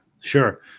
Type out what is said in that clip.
sure